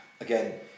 again